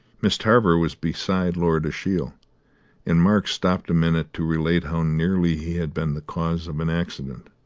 miss tarver was beside lord ashiel and mark stopped a minute to relate how nearly he had been the cause of an accident,